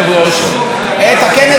הכנס האחרון.